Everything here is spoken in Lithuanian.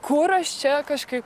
kur aš čia kažkaip